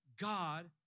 God